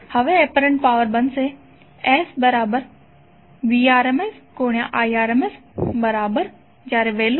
હવે apparent power SVrmsIrms120242240 VA